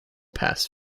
pass